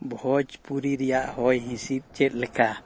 ᱵᱷᱳᱡᱽᱯᱩᱨᱤ ᱨᱮᱭᱟᱜ ᱦᱚᱭᱦᱤᱸᱥᱤᱫᱽ ᱪᱮᱫ ᱞᱮᱠᱟ